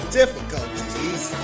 difficulties